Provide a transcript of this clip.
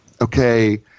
okay